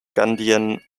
ghanaian